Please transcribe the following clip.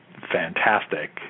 fantastic